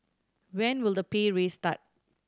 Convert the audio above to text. when will the pay raise start